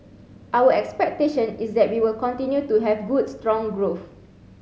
our expectation is that we will continue to have good strong growth